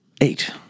Eight